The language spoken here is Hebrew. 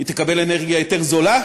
היא תקבל אנרגיה יותר זולה,